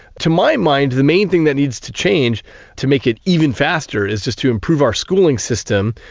to my mind the main thing that needs to change to make it even faster is just to improve our schooling system.